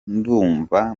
ndumva